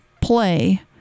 play